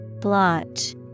Blotch